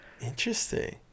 Interesting